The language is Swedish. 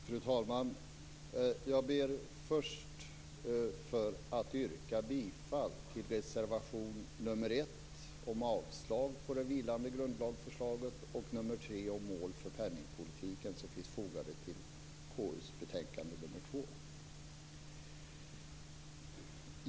Fru talman! Jag ber först att få yrka bifall till reservationerna nr 1 om avslag på det vilande grundlagsförslaget och nr 3 om mål för penningpolitiken, som finns fogade till KU:s betänkande KU2.